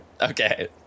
Okay